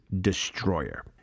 Destroyer